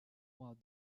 while